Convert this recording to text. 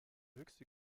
höchste